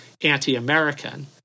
anti-American